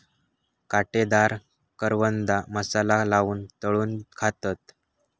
काटेदार करवंदा मसाला लाऊन तळून खातत